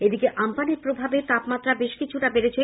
এদিকে আমপানের প্রভাবে তাপমাত্রা বেশকিছুটা বেড়েছে